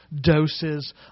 doses